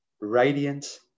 radiant